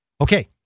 Okay